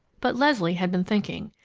but leslie had been thinking.